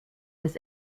des